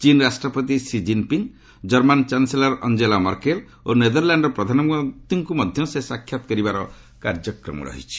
ଚୀନ୍ ରାଷ୍ଟ୍ରପତି Xi Jinping German chancellor Angela Merkel ଓ ନେଦରଲାଣ୍ଡର ପ୍ରଧାନମନ୍ତ୍ରୀଙ୍କୁ ସେ ସାକ୍ଷାତ କରିବାର ମଧ୍ୟ କାର୍ଯ୍ୟକ୍ରମ ରହିଛି